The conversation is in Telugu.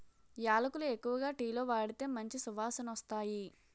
యాలకులు ఎక్కువగా టీలో వాడితే మంచి సువాసనొస్తాయి